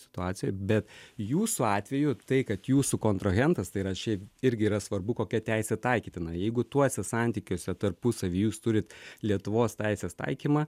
situacija bet jūsų atveju tai kad jūsų kontrahentas tai yra šiaip irgi yra svarbu kokia teisė taikytina jeigu tuose santykiuose tarpusavy jūs turit lietuvos teisės taikymą